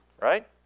right